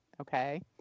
Okay